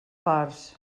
parts